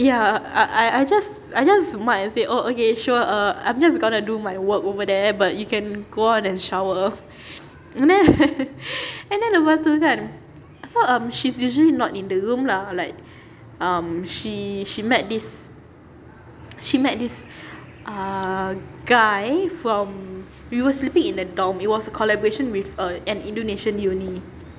ya I I I just I just smile and say oh okay sure err I'm just going to do my work over there but you can go on and shower and then and then lepas tu kan so um she's usually not in the room lah like um she she met this she met this uh guy from we were sleeping in a dorm it was a collaboration with a an indonesian uni